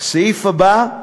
הסעיף הבא,